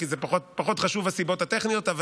כי הסיבות הטכניות פחות חשובות,